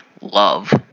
love